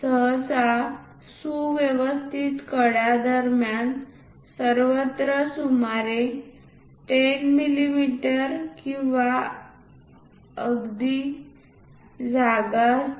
सहसा सुव्यवस्थित कडा दरम्यान सर्वत्र सुमारे 10 मिमी किंवा अधिक जागा असते